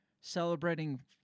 celebrating